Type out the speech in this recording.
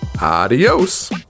Adios